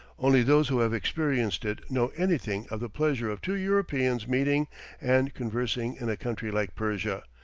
only those who have experienced it know anything of the pleasure of two europeans meeting and conversing in a country like persia,